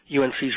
UNC's